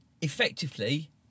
effectively